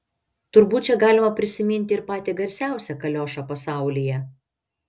turbūt čia galima prisiminti ir patį garsiausią kaliošą pasaulyje